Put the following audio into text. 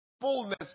fullness